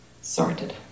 sorted